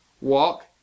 walk